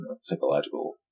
psychological